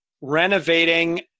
renovating